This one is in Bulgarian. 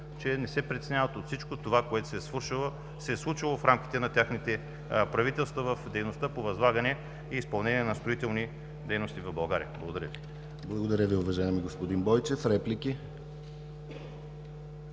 че не се притесняват от всичко това, което се е случило в рамките на техните правителства, в дейността по възлагане и изпълнение на строителни дейности в България. Благодаря Ви. ПРЕДСЕДАТЕЛ ДИМИТЪР ГЛАВЧЕВ: Благодаря Ви, уважаеми господин Бойчев. Реплики?